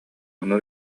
ону